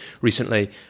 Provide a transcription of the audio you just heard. recently